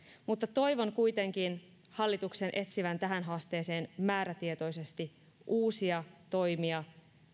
mutta toivon kuitenkin hallituksen etsivän tähän haasteeseen määrätietoisesti uusia toimia